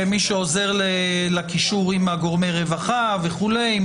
מי שעוזר לקישור עם גורמי הרווחה וכולי.